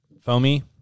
foamy